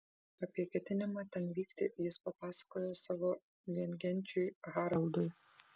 apie ketinimą ten vykti jis papasakojo savo viengenčiui haraldui